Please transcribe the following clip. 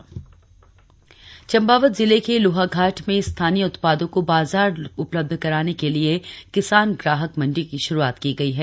किसान मंडी चम्पावत जिले के लोहाघाट में स्थानीय उत्पादों को बाजार उपलब्ध कराने के लिए किसान ग्राहक मंडी की श्रुआत की गई है